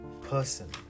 person